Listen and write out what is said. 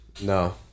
No